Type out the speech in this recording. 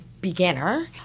beginner